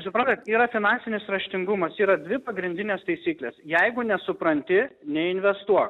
suprantat yra finansinis raštingumas yra dvi pagrindinės taisyklės jeigu nesupranti neinvestuok